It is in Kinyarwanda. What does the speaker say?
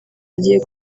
agiye